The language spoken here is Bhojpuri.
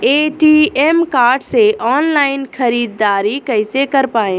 ए.टी.एम कार्ड से ऑनलाइन ख़रीदारी कइसे कर पाएम?